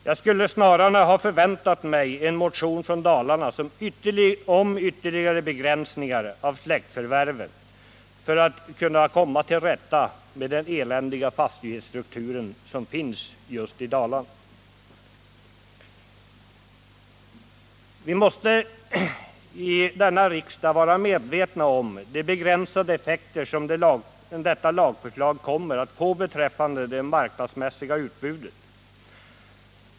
Jag skulle snarare ha förväntat mig en motion från Dalarna om ytterligare begränsning av släktförvärven för att komma till rätta med den eländiga fastighetsstruktur som finns just i Dalarna. Vi måste i denna riksdag vara medvetna om de begränsade effekter som detta lagförslag kommer att få beträffande det marknadsmässiga utbudet.